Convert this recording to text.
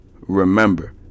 remember